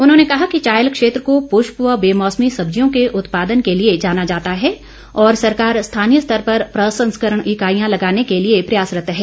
उन्होंने कहा कि चायल क्षेत्र को पुष्प व बेमौसमी सब्जियों के उत्पादन के लिए जाना जाता है और सरकार स्थानीय स्तर पर प्रसंस्करण ईकाईयां लगाने के लिए प्रयासरत्त है